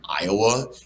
Iowa